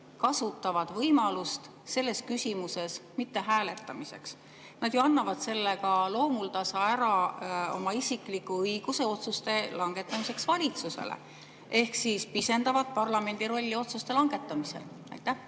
kasutavad võimalust selles küsimuses mitte hääletada? Nad ju annavad sellega loomuldasa ära oma isikliku õiguse otsuste langetamiseks valitsuse [tegevuse kohta] ehk siis pisendavad parlamendi rolli otsuste langetamisel. Aitäh!